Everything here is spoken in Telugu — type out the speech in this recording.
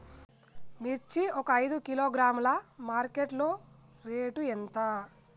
మిర్చి ఒక ఐదు కిలోగ్రాముల మార్కెట్ లో రేటు ఎంత?